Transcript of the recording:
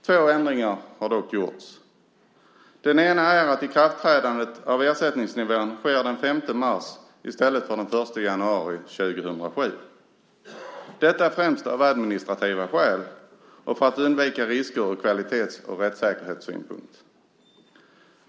Två ändringar har dock gjorts. Den ena är att ikraftträdandet av ersättningsnivån sker den 5 mars i stället för den 1 januari 2007 - detta främst av administrativa skäl och för att undvika risker ur kvalitets och rättssäkerhetssynpunkt.